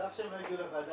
על אף שהם לא הגיעו לוועדה,